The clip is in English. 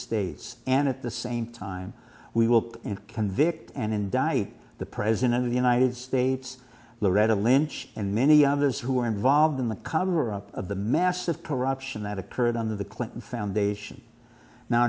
states and at the same time we will convict and indict the president of the united states loretta lynch and many others who were involved in the cover up of the massive corruption that occurred under the clinton foundation now